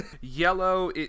Yellow